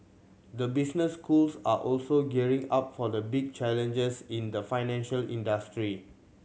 the business schools are also gearing up for the big changes in the financial industry